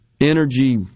energy